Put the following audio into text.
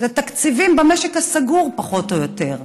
אלה תקציבים במשק הסגור פחות או יותר.